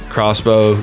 Crossbow